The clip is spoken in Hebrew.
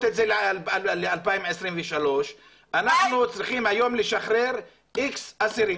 את זה ל-2023 אנחנו צריכים היום לשחרר X אסירים.